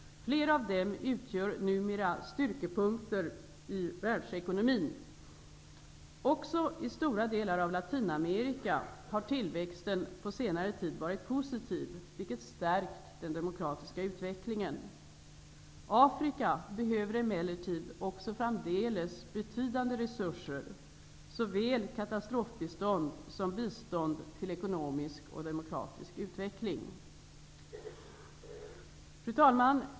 Flera av dem utgör numera styrkepunkter i världsekonomin. Också i stora delar av Latinamerika har tillväxten på senare tid varit positiv, vilket stärkt den demokratiska utvecklingen. Afrika behöver emellertid också framdeles betydande resurser, såväl katastrofbistånd som bistånd till ekonomisk och demokratisk utveckling. Fru talman!